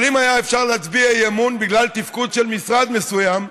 אם היה אפשר להצביע אי-אמון בגלל תפקוד של משרד מסוים,